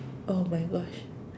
!oh-my-gosh!